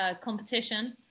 competition